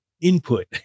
input